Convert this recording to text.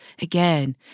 again